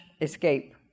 Escape